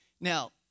Now